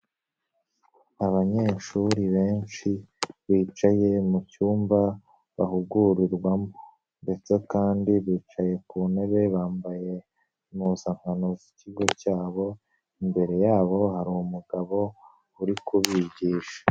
Abanyeshuri benshi bicaye mu cyumba bahugurirwamo ndetse kandi bicaye ku ntebe bambaye impuzankano z'ikigo cyabo, imbere yabo hari umugabo uri kubigisha.